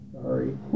sorry